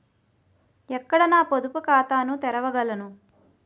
ఎక్కడ నా పొదుపు ఖాతాను తెరవగలను?